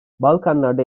balkanlarda